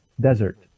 desert